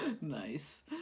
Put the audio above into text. nice